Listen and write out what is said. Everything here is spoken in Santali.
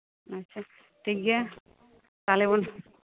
ᱟᱪᱪᱷᱟ ᱴᱷᱤᱠᱜᱮᱭᱟ ᱛᱟᱦᱚᱞᱮ